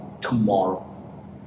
tomorrow